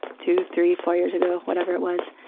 two, three, four years ago, whatever it was.